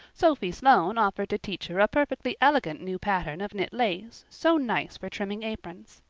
sophia sloane offered to teach her a perfectly elegant new pattern of knit lace, so nice for trimming aprons.